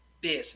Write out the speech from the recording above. business